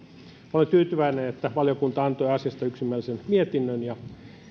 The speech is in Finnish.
olen tyytyväinen että valiokunta antoi asiasta yksimielisen mietinnön ja